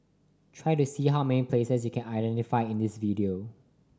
try to see how many places you can identify in this video